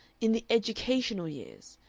in the educational years.